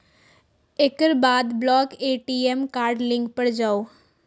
एकर बाद block ATM card link पर जाउ